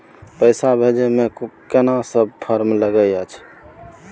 पैसा भेजै मे केना सब फारम लागय अएछ?